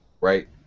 Right